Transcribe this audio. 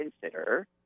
consider